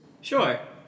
Sure